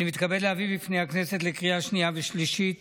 אני מתכבד להביא בפני הכנסת לקריאה שנייה ושלישית